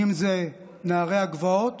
אם זה נערי הגבעות